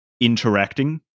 interacting